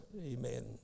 amen